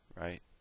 right